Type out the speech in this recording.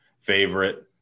favorite